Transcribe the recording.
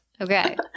Okay